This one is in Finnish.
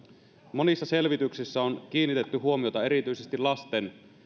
monissa selvityksissä on kiinnitetty huomiota erityisesti lasten